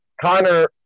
Connor